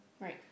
Right